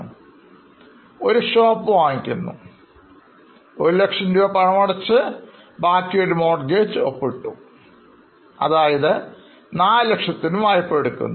അതിനാൽ ഒരു ഷോപ്പ് വാങ്ങുന്നു 100000പണമടച്ച് ബാക്കി ഒരു mortgage ഒപ്പിട്ടു അതായത് 400000 ന് വായ്പ എടുക്കുന്നു